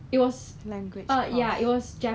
like is new but then